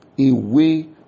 away